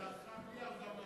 אבל לדעתך, בלי הרדמה.